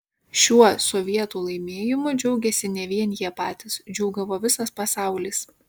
šiuo sovietų laimėjimu džiaugėsi ne vien jie patys džiūgavo visas pasaulis